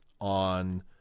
on